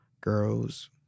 Girls